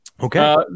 okay